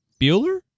Bueller